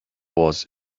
was